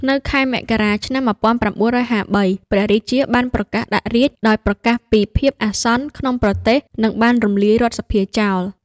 នៅខែមករា ឆ្នាំ ១៩៥៣ ព្រះរាជាបានប្រកាសដាក់រាជ្យ ដោយប្រកាសពីភាពអាសន្នក្នុងប្រទេស និងបានរំលាយរដ្ឋសភាចោល។